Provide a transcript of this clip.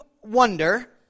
wonder